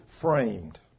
framed